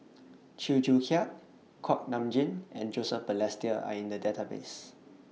Chew Joo Chiat Kuak Nam Jin and Joseph Balestier Are in The Database